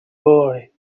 boy